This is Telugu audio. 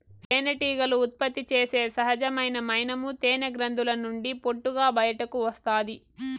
తేనెటీగలు ఉత్పత్తి చేసే సహజమైన మైనము తేనె గ్రంధుల నుండి పొట్టుగా బయటకు వస్తాది